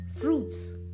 fruits